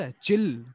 Chill